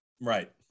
Right